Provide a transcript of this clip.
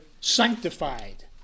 sanctified